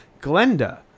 Glenda